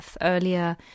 Earlier